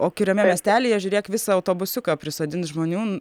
o kuriame miestelyje žiūrėk visą autobusiuką prisodins žmonių